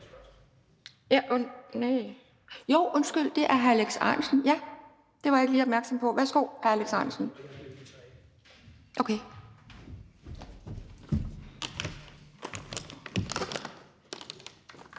Nej, undskyld, det er hr. Alex Ahrendtsen, det var jeg ikke lige opmærksom på. Værsgo, hr. Alex Ahrendtsen. Kl.